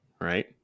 Right